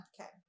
okay